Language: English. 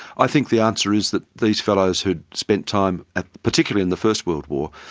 i think the answer is that these fellows who'd spent time, particularly in the first world war,